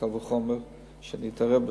קל וחומר להתערב בזה,